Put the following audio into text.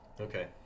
Okay